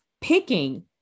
picking